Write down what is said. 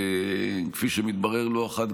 וכפי שמתברר לא אחת,